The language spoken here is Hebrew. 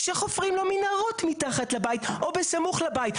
כשחופרים לו מנהרות מתחת לבית או בסמוך לבית.